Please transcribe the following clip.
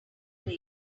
nice